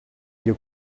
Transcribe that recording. you